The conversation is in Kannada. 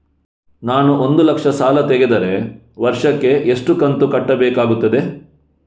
ನಾನು ಒಂದು ಲಕ್ಷ ಸಾಲ ತೆಗೆದರೆ ವರ್ಷಕ್ಕೆ ಎಷ್ಟು ಕಂತು ಕಟ್ಟಬೇಕಾಗುತ್ತದೆ?